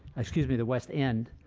excuse mee. the west end.